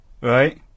Right